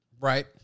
Right